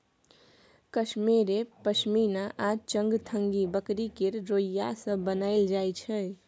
कश्मेरे पश्मिना आ चंगथंगी बकरी केर रोइयाँ सँ बनाएल जाइ छै